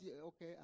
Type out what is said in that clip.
okay